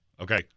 Okay